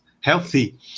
healthy